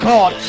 God